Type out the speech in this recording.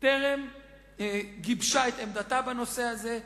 טרם גיבשה את עמדתה בנושא הזה.